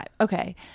Okay